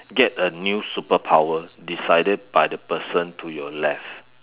get a new superpower decided by the person to your left